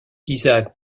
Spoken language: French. isaac